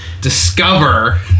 discover